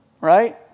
Right